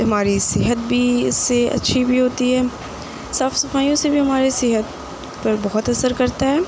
ہماری صحت بھی اس سے اچھی ہوئی ہوتی ہے صاف صفائیوں سے بھی ہمارے صحت پر بہت اثر کرتا ہے